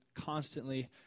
constantly